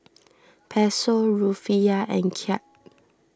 Peso Rufiyaa and Kyat